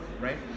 right